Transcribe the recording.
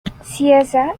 cieza